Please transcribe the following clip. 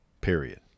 Period